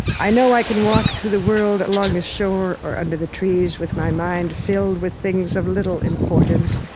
i know i can walk through the world, along the shore or under the trees, with my mind filled with things of little importance,